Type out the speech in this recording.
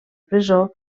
presó